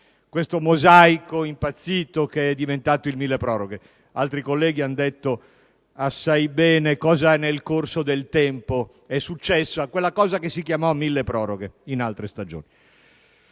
questo mosaico impazzito che è diventato il milleproroghe. Altri colleghi hanno detto assai bene cosa, nel corso del tempo, è successo a quello che si chiamò milleproroghe in altre stagioni.